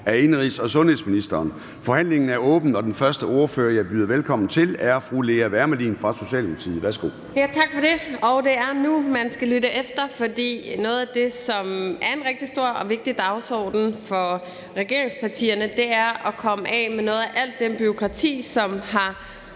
Formanden (Søren Gade): Forhandlingen er åbnet. Den første ordfører, jeg byder velkommen til, er fru Lea Wermelin fra Socialdemokratiet. Værsgo. Kl. 10:20 (Ordfører) Lea Wermelin (S): Tak for det. Det er nu, man skal lytte efter, fordi noget af det, som er en rigtig stor og vigtig dagsorden for regeringspartierne, er at komme af med noget af alt det bureaukrati, som har